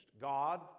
God